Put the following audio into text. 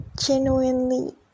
Genuinely